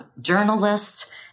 journalists